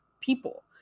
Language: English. people